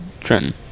Trenton